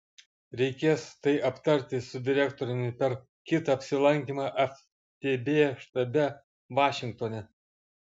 reikės tai aptarti su direktoriumi per kitą apsilankymą ftb štabe vašingtone